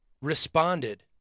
responded